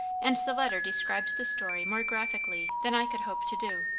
and the letter describes the story more graphically than i could hope to do.